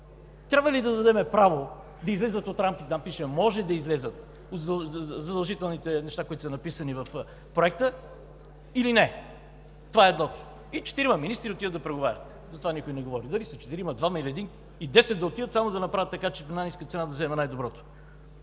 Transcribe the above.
трябва ли да дадем право да излизат от рамките? Там пише: може ли да излязат задължителните неща, които са написани в Проекта, или не? Това е едното. И четирима министри отиват да преговарят. Затова никой не говори – дали са четирима, двама или един, и десет да отидат, само да направят така, че на най-ниска цена да вземем най-доброто.